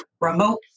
remote